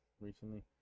recently